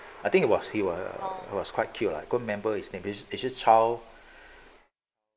I think it was he was quite cute lah couldn't remember his name is it chow